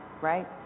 right